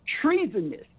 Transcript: treasonous